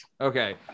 Okay